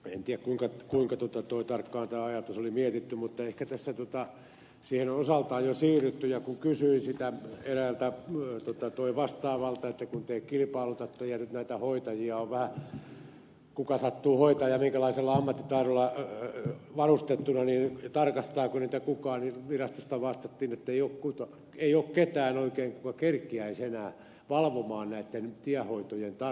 en tiedä kuinka tarkkaan tämä ajatus oli mietitty mutta ehkä siihen on osaltaan jo siirrytty ja kun kysyin eräältä vastaavalta että kun te kilpailutatte ja nyt näitä hoitajia on vähän kuka sattuu hoitamaan ja minkälaisella ammattitaidolla varustettuna ja tarkastaako niitä kukaan niin virastosta vastattiin että ei ole oikein ketään joka kerkiäisi enää valvomaan näiden tienhoitojen tasoa